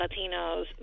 Latinos